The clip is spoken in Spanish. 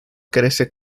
crece